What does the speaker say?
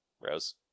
Rose